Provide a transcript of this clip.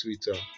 twitter